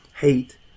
hate